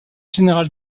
général